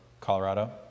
Colorado